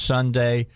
Sunday